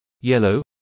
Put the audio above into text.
yellow